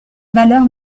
valeur